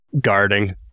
guarding